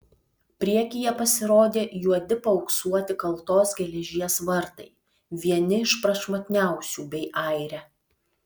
priekyje pasirodė juodi paauksuoti kaltos geležies vartai vieni iš prašmatniausių bei aire